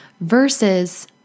versus